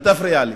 אל תפריע לי.